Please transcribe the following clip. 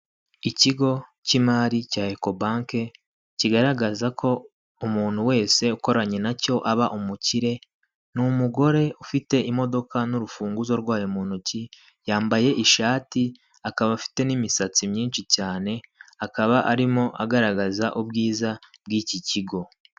Ikigo cy'imari cya ekobanke kigaragaza ko umuntu wese ukoranye nacyo aba umukire, ni umugore ufite imodoka n' urufunguzo rwayo mu ntoki yambaye ishati akaba afite n'imisatsi myinshi cyane, akaba arimo agaragaza ubwiza bw'iki kigo.